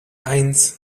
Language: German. eins